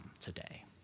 today